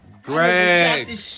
Greg